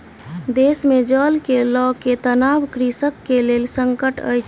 देश मे जल के लअ के तनाव कृषक के लेल संकट अछि